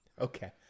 okay